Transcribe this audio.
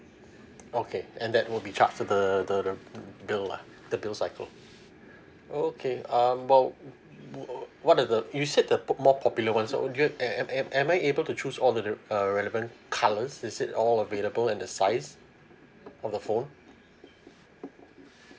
okay and that will be charged for the the the the bill lah the bill cycle okay um well uh what are the you said the put more popular ones so do you am am am I able to choose all the rel~ uh relevant colours is it all available and the size of the phone